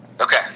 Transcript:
Okay